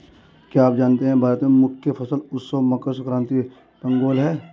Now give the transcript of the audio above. क्या आप जानते है भारत में मुख्य फसल उत्सव मकर संक्रांति, पोंगल है?